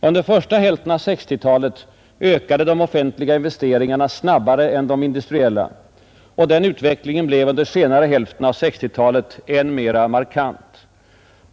Under första hälften av 1960-talet ökade de offentliga investeringarna snabbare än de industriella, och den utvecklingen blev under senare hälften av 1960-talet än mera markant.